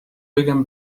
بگم